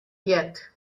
yet